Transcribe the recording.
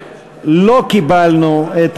אנחנו לא קיבלנו את